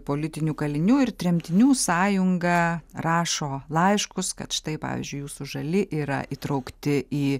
politinių kalinių ir tremtinių sąjunga rašo laiškus kad štai pavyzdžiui jūsų žali yra įtraukti į